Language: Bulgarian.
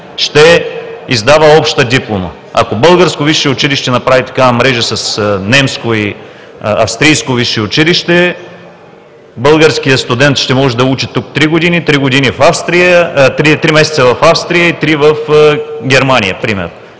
ще издава обща диплома. Ако българско висше училище направи такава мрежа с немско и австрийско висше училище, българският студент ще може да учи тук три години, три месеца в Австрия и три в Германия, примерно,